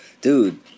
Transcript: Dude